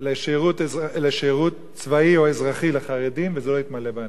לשירות צבאי או אזרחי לחרדים וזה לא התמלא באנשים,